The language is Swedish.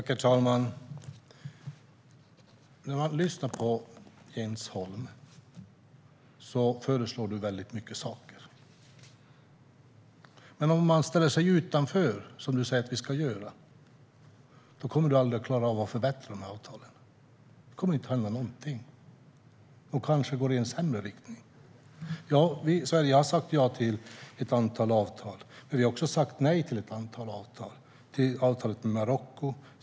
Herr talman! När man lyssnar på Jens Holm föreslår han väldigt många saker. Men om man ställer sig utanför, som han säger att vi ska göra, kommer man aldrig att klara av att förbättra avtalen. Det kommer inte att hända någonting, och kanske går det i en sämre riktning. Sverige har sagt ja till ett antal avtal, men vi har också sagt nej till ett antal avtal. Det gäller avtalet med Marocko.